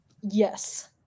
Yes